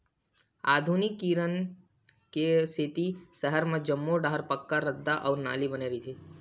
आधुनिकीकरन के सेती सहर म जम्मो डाहर पक्का रद्दा अउ नाली बने रहिथे